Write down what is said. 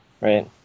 right